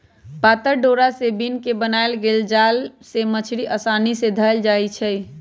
पातर डोरा से बिन क बनाएल गेल जाल से मछड़ी असानी से धएल जाइ छै